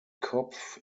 kopf